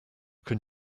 can